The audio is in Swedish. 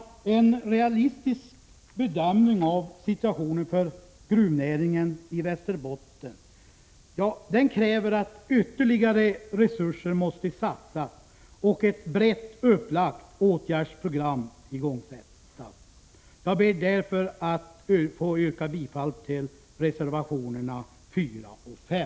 Om en realistisk bedömning av situationen för gruvnäringen i Västerbotten görs, innebär det att man måste kräva att ytterligare resurser satsas och ett brett åtgärdsprogram igångsätts. Jag ber därför att få yrka bifall till reservationerna 4 och 5.